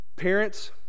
parents